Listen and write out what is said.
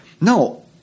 No